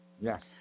Yes